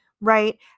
right